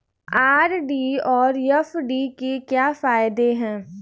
RD और FD के क्या फायदे हैं?